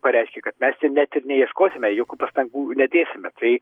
pareiškė kad mes ir net ir neieškosime jokių pastangų nedėsime tai